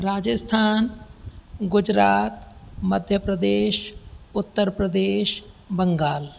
Rajasthan Gujarat Madhya Pradesh Uttar Pradesh Bengal